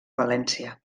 valència